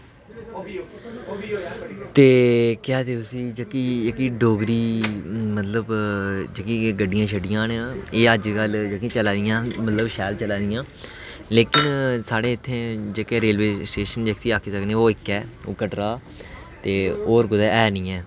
ते केह् आखदे उसी जेह्की डोगरी मतलब जेह्कियां एह् गड्डियां न एह् अजकल जेह्ड़ियां चलै दियां एह् शैल चलै दियां लेकिन साढ़े इत्थै जेह्के रेलवे स्टेशन ऐ ओह् इक्कै ओह् कटरा ते होर कुतै ऐ निं ऐ